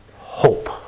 hope